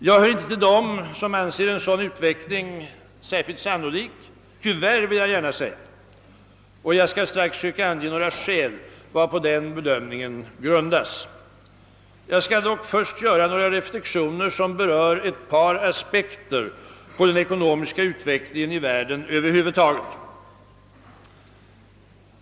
Jag hör inte till dem som anser en sådan utveckling särskilt sannolik — tyvärr, vill jag gärna tillägga — och jag skall strax söka ange några skäl för denna bedömning. Jag skall dock först göra några reflexioner som berör ett par aspekter på den ekonomiska utvecklingen i världen över huvud taget.